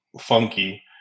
funky